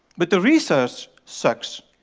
but the research sucks,